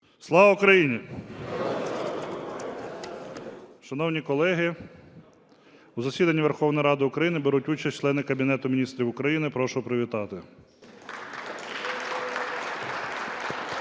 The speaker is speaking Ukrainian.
Слава Україні! Шановні колеги, у засіданні Верховної Ради України беруть участь члени Кабінету Міністрів України. Прошу привітати. (Оплески)